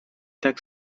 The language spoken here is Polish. tak